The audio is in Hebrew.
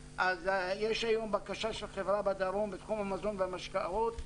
יש היום בקשה של חברה בדרום בתחום המזון והמשקאות,